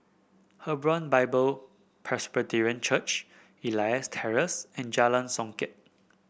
Hebron Bible Presbyterian Church Elias Terrace and Jalan Songket